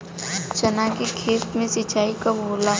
चना के खेत मे सिंचाई कब होला?